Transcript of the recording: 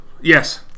Yes